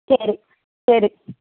ശരി ശരി